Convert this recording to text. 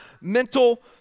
mental